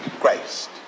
christ